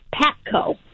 PATCO